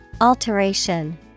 Alteration